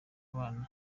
bana